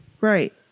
Right